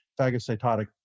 phagocytotic